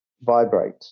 vibrate